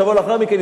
שיבוא לאחר מכן,